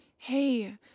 Hey